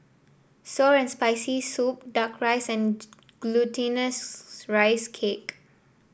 sour and Spicy Soup duck rice and Glutinous Rice Cake